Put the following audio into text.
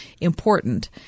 important –